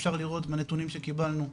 אפשר לראות מהנתונים שקיבלנו,